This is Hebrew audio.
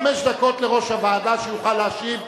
חמש דקות לראש הוועדה שיוכל להשיב מעבר.